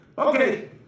Okay